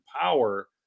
power